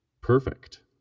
perfect